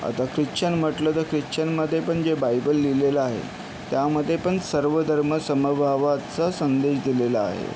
आता ख्रिश्चन म्हटलं तर ख्रिश्चनमध्ये पण जे बायबल लिहिलेलं आहे त्यामध्ये पण सर्व धर्म समभावाचा संदेश दिलेला आहे